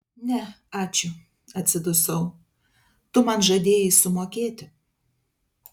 ne ačiū atsidusau tu man žadėjai sumokėti